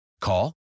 Call